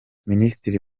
minisitiri